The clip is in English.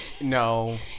No